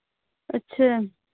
अच्छा